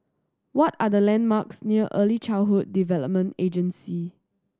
what are the landmarks near Early Childhood Development Agency